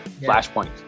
Flashpoint